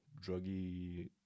druggy